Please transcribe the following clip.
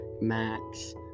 max